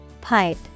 Pipe